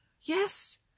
Yes